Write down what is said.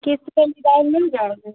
क़िस्त पर मुबाइल मिल जाएगी